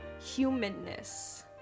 humanness